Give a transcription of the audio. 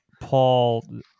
Paul